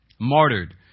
martyred